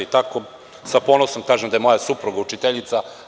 Sa ponosom kažem da je moja supruga učiteljica.